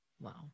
Wow